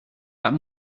that